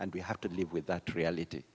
and we have to live with that reality